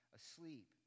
asleep